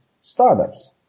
startups